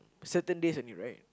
certain days only right